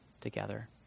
together